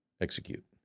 execute